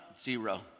zero